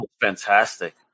Fantastic